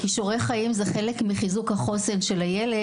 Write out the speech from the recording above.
כישורי חיים זה חלק מחיזוק החוסן של הילד